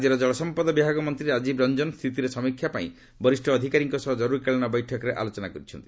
ରାଜ୍ୟର ଜଳ ସମ୍ପଦ ବିଭାଗ ମନ୍ତ୍ରୀ ରାଜୀବ ରଞ୍ଜନ ସ୍ଥିତିର ସମୀକ୍ଷା ପାଇଁ ବରିଷ୍ଠ ଅଧିକାରୀଙ୍କ ସହ ଜର୍ରରୀକାଳୀନ ବୈଠକରେ ଆଲୋଚନା କରିଛନ୍ତି